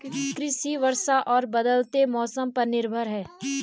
कृषि वर्षा और बदलते मौसम पर निर्भर है